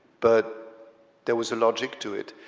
but there was a logic to it,